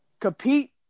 compete